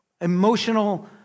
emotional